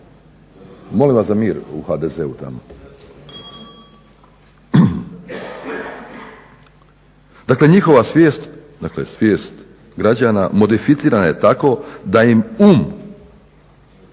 Molim vas za mir u HDZ-u tamo! Dakle, njihova svijest dakle svijest građana modificirana je tako da im um